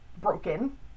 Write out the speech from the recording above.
broken